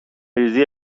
ریزی